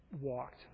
walked